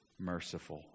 merciful